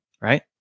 right